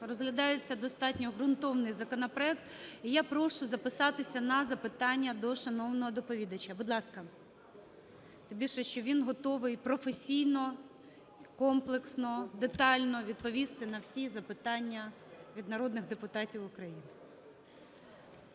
розглядається достатньо ґрунтовний законопроект. І я прошу записатися на запитання до шановного доповідача. Будь ласка. Тим більше, що він готовий професійно, комплексно, детально відповісти на всі запитання від народних депутатів України.